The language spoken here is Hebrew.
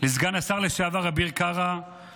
לסגן השר לשעבר אביר קארה,